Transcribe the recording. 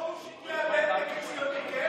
פרוש הגיע, כציוני?